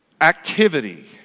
activity